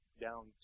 down